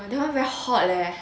that one very hot leh